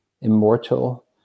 immortal